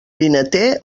vinater